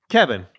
Kevin